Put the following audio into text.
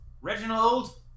Reginald